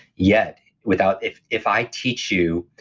yet, without. if if i teach you,